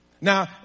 Now